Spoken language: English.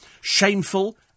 Shameful